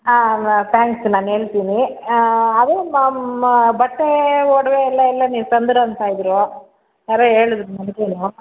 ಹಾಂ ಥ್ಯಾಂಕ್ಸ್ ನಾನು ಹೇಳ್ತೀನಿ ಅದೇ ಬಟ್ಟೆ ಒಡವೆ ಎಲ್ಲ ಎಲ್ಲ ನೀವು ತಂದ್ರಿ ಅಂತ ಇದ್ದರು ಯಾರೋ ಹೇಳಿದ್ರು ನನಗೂ